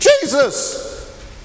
Jesus